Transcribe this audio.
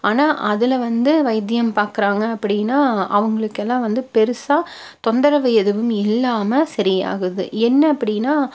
ஆனால் அதில் வந்து வைத்தியம் பார்க்குறாங்க அப்படின்னா அவங்களுக்கெல்லாம் வந்து பெருசாக தொந்தரவு எதுவும் இல்லாமல் சரியாகுது என்ன அப்படின்னா